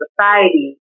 society